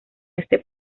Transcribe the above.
este